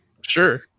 sure